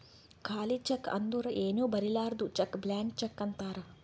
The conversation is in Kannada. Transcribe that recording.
ಖಾಲಿ ಚೆಕ್ ಅಂದುರ್ ಏನೂ ಬರಿಲಾರ್ದು ಚೆಕ್ ಬ್ಲ್ಯಾಂಕ್ ಚೆಕ್ ಅಂತಾರ್